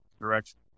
direction